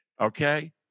Okay